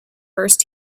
first